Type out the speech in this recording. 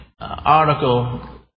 article